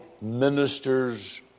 ministers